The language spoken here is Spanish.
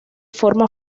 forma